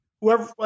Whoever